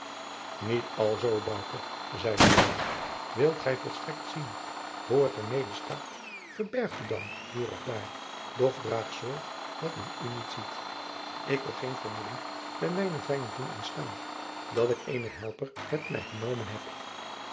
niet alzoo bouke zeide joan wilt gij volstrekt zien hoe het er mede staat verberg u dan hier of daar doch draag zorg dat men u niet zie ik wil geen vermoeden bij mijnen vijand doen ontstaan dat ik eenen helper met mij genomen heb